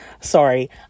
Sorry